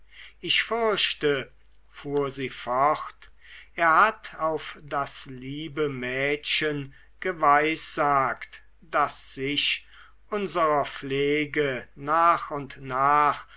ich fürchte fuhr sie fort er hat auf das liebe mädchen geweissagt das sich unserer pflege nach und nach